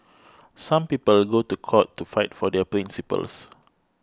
some people go to court to fight for their principles